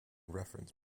reference